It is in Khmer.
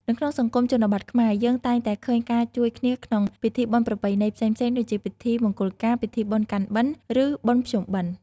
នៅក្នុងសង្គមជនបទខ្មែរ យើងតែងតែឃើញការជួយគ្នាក្នុងពិធីបុណ្យប្រពៃណីផ្សេងៗដូចជាពិធីមង្គលការ ពិធីបុណ្យកាន់បិណ្ឌ ឬបុណ្យភ្ជុំបិណ្ឌ។